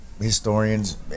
historians